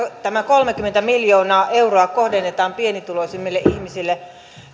tämä kolmekymmentä miljoonaa euroa kohdennetaan pienituloisimmille ihmisille